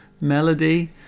melody